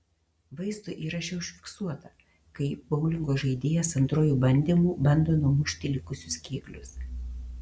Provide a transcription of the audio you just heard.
vaizdo įraše užfiksuota kaip boulingo žaidėjas antruoju bandymu bando numušti likusius kėglius